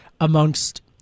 amongst